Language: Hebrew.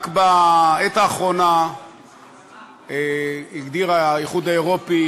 רק בעת האחרונה הגדיר האיחוד האירופי